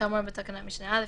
כאמור בתקנת משנה (א),